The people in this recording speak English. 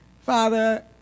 Father